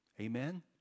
Amen